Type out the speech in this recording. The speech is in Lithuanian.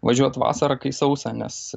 važiuot vasarą kai sausa nes